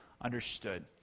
understood